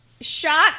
Shot